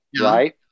right